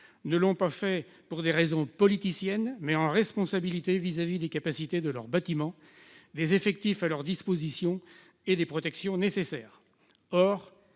non pas pour des raisons politiciennes, mais en responsabilité, compte tenu des capacités de leurs bâtiments, des effectifs à leur disposition et des protections qu'il est